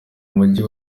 umujyi